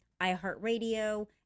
iHeartRadio